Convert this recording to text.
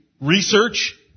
research